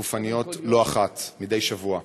גופניות לא אחת, מדי שבוע.